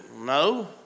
No